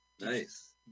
nice